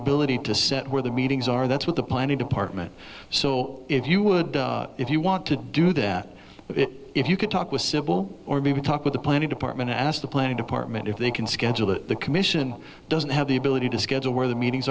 ability to set where the meetings are that's what the planning department so if you would if you want to do that if you could talk with civil or maybe talk with the planning department and ask the planning department if they can schedule it the commission doesn't have the ability to schedule where the meetings